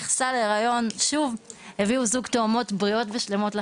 הם נכנסו שוב להריון ונולדו להם תאומות שלמות ובריאות.